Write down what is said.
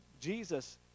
Jesus